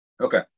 Okay